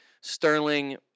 Sterling